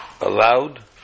allowed